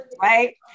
right